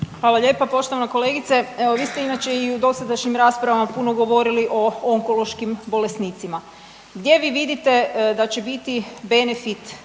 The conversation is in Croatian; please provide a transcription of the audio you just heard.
Hvala lijepa. Poštovana kolegice, evo vi ste inače i u dosadašnjim raspravama puno govorili o onkološkim bolesnicima. Gdje vi vidite da će biti benefit